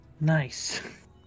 nice